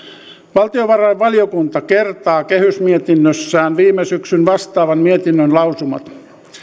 valtiovarainvaliokunta kertaa kehysmietinnössään viime syksyn vastaavan mietinnön lausumat